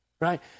right